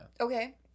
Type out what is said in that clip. okay